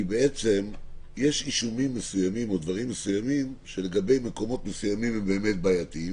כי בעצם יש אישומים מסוימים שלגבי מקומות מסוימים הם באמת בעייתיים